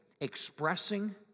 expressing